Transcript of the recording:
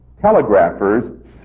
telegraphers